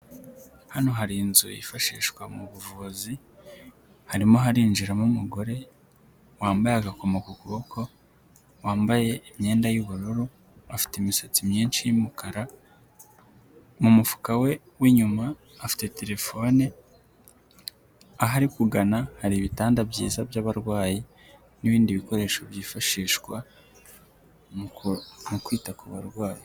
Hano hari inzu yifashishwa mu buvuzi. Harimo harinjiramo umugore wambaye agakomo ku kuboko. Wambaye imyenda y'ubururu. Afite imisatsi myinshi y'umukara. Mu mufuka we w'inyuma afite telefone. Aho ari kugana hari ibitanda byiza by'abarwayi n'ibindi bikoresho byifashishwa mu kwita ku barwayi.